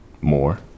more